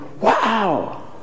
Wow